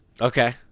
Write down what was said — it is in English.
Okay